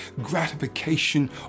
gratification